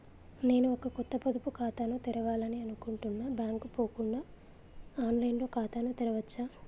నేను ఒక కొత్త పొదుపు ఖాతాను తెరవాలని అనుకుంటున్నా బ్యాంక్ కు పోకుండా ఆన్ లైన్ లో ఖాతాను తెరవవచ్చా?